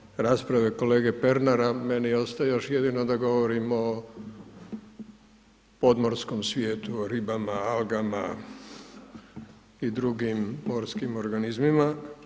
Nakon ove rasprave kolege Pernara, meni ostaje još jedino da govorim o podmorskom svijetu, o ribama, algama i drugim morskim organizmima.